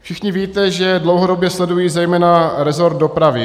Všichni víte, že dlouhodobě sleduji zejména resort dopravy.